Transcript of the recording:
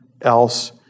else